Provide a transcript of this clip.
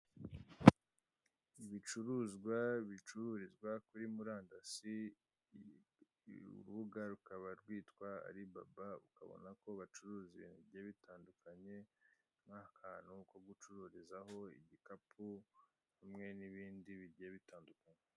Ibicuruzwa bicururizwa kuri murandasi urubuga rukaba rwitwa aribaba ukabona ko bacuruza ibintu bigiye bitandukanye akantu ko gucururizaho ibikapu hamwe n'ibindi bigiye bitandukanye.